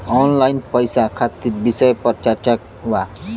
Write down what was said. Online पैसा खातिर विषय पर चर्चा वा?